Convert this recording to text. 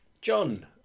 John